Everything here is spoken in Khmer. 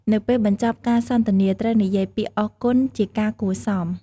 នៅពេលបញ្ចប់ការសន្ទនា ត្រូវនិយាយពាក្យ "អរគុណ" ជាការគួរសម។